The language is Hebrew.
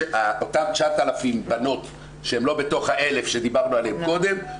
אותן 9,000 בנות שהן לא בתוך ה-1,000 שדיברנו עליהן קודם,